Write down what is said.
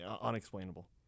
Unexplainable